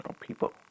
people